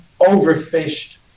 overfished